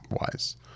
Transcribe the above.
wise